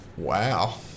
Wow